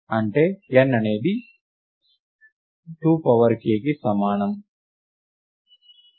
అంటే n అనేది రెండు పవర్ kకి సమానం